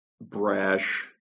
brash